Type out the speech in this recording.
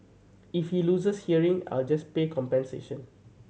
if he loses hearing I'll just pay compensation